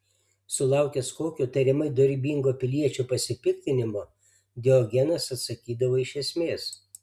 sulaukęs kokio tariamai dorybingo piliečio pasipiktinimo diogenas atsakydavo iš esmės